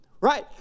Right